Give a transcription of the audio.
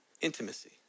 intimacy